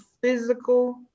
physical